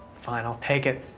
fine, i'll take it.